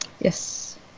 Yes